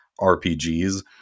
RPGs